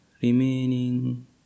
remaining